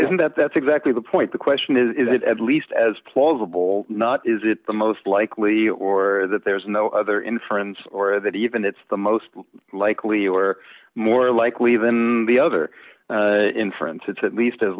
isn't that that's exactly the point the question is is it at least as plausible not is it the most likely or that there's no other inference or that even it's the most likely you are more likely than the other inference it's at least as